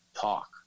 Talk